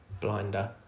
blinder